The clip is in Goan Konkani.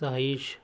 साईश